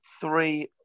Three